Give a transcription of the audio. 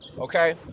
okay